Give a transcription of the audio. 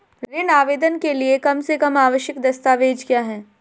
ऋण आवेदन के लिए कम से कम आवश्यक दस्तावेज़ क्या हैं?